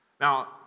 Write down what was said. Now